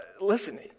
Listen